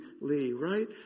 right